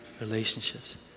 relationships